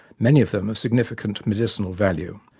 many of them of significant medicinal value.